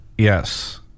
Yes